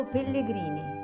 Pellegrini